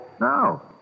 No